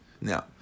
Now